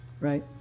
right